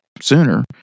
sooner